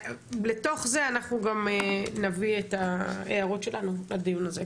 ולתוך זה אנחנו נביא גם את ההערות שלנו לדיון הזה.